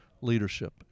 leadership